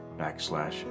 backslash